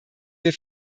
wir